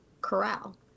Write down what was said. corral